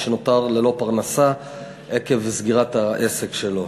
שנותר ללא פרנסה עקב סגירת העסק שלו.